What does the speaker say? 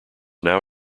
now